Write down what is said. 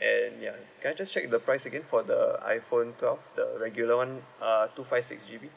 and ya can I just check the price again for the iphone twelve the regular one uh two five six G_B